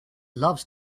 loves